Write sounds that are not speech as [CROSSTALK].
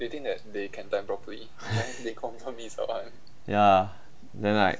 [LAUGHS] ya then like